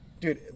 Dude